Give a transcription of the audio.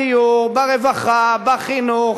בדיור, ברווחה, בחינוך,